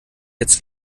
jetzt